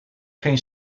geen